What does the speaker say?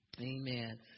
Amen